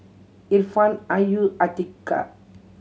Irfan Ayu Atiqah